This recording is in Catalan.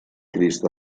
crist